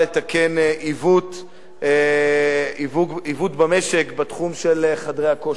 לתקן עיוות במשק בתחום של חדרי הכושר.